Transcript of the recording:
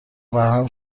وبرهم